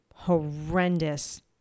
horrendous